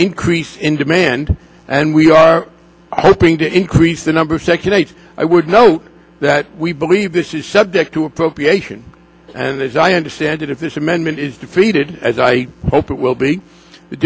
increase in demand and we are hoping to increase the number of second rate i would note that we believe this is subject to appropriation and as i understand it if this amendment is defeated as i hope it will be